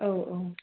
औ औ